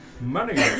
Money